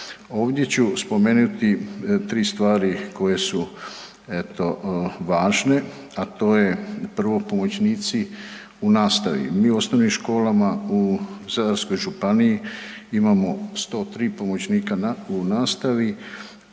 Ovdje ću spomenuti 3 stvari koje su eto važne, a to je, prvo, pomoćnici u nastavi. Mi u osnovnim školama u Zadarskoj županiji imamo 103 pomoćnika u nastavi